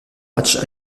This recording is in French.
matchs